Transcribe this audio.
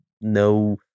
no